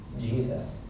Jesus